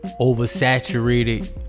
Oversaturated